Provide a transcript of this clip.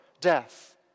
death